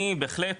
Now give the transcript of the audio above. אני בהחלט,